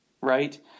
right